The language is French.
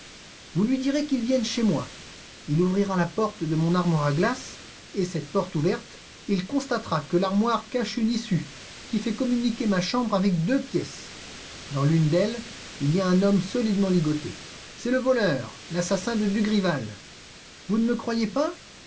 vous lui direz qu'il vienne chez moi il ouvrira la porte de mon armoire à glace et cette porte ouverte il constatera que l'armoire cache une issue qui fait communiquer ma chambre avec deux pièces dans l'une d'elles il y a un homme solidement ligoté c'est le voleur l'assassin de dugrival vous ne me croyez pas